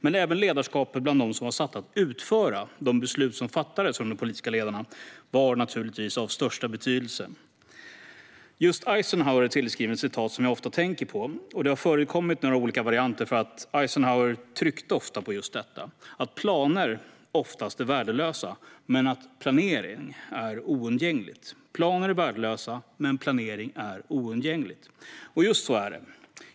Men även ledarskapet bland dem som var satta att utföra de beslut som fattades av de politiska ledarna var av största betydelse. Just Eisenhower är tillskriven ett citat som jag ofta tänker på. Det har förekommit i några olika varianter, för Eisenhower tryckte ofta på just detta: att planer oftast är värdelösa men att planering är oundgänglig. Just så är det: Planer är värdelösa, men planering är oundgänglig.